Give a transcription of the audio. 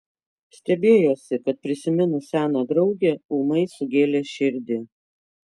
stebėjosi kad prisiminus seną draugę ūmai sugėlė širdį